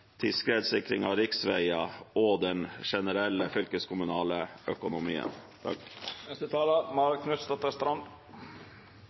til skredsikring av riksveier og til den generelle fylkeskommunale økonomien.